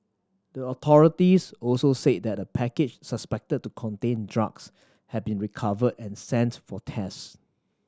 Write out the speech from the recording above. the authorities also said that a package suspected to contain drugs had been recovered and sent for test